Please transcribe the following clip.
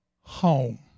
home